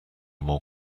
more